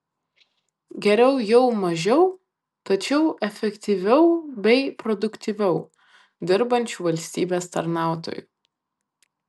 geriau jau mažiau tačiau efektyviau bei produktyviau dirbančių valstybės tarnautojų